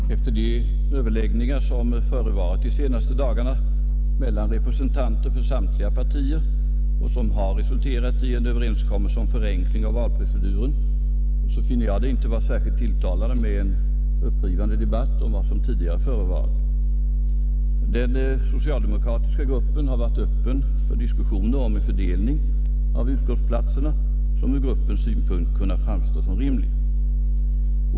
Herr talman! Efter de överläggningar som ägt rum de senaste dagarna mellan representanter för samtliga partier och som har resulterat i en överenskommelse om förenkling av valproceduren finner jag det inte vara särskilt tilltalande med en upprivande debatt om vad som tidigare förevarit. Den socialdemokratiska gruppen har varit öppen för diskussioner om en fördelning av utskottsplatserna som ur gruppens synpunkt kunnat framstå som rimlig.